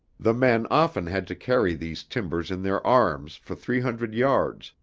the men often had to carry these timbers in their arms for three hundred yards,